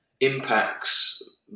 impacts